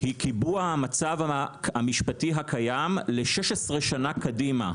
היא קיבוע המצב המשפטי הקיים ל-16 שנה קדימה,